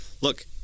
look